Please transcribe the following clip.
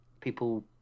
people